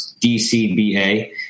DCBA